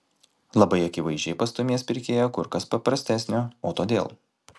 labai akivaizdžiai pastūmės pirkėją kur kas paprastesnio o todėl